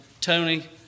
Tony